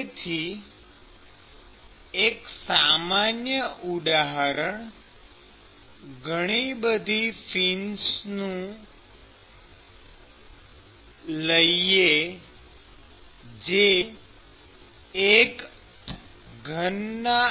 તેથી એક સામાન્ય ઉદાહરણ ઘણી બધી ફિન્સનું લઈએ જે એક ઘનના